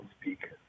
speak